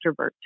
extrovert